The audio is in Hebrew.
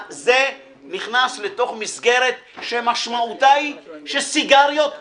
זה נכנס לתוך מסגרת שמשמעותה היא שסיגריות הורגות.